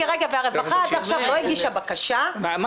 משרד הרווחה עד עכשיו לא הגיש בקשה לתקצוב?